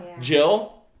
Jill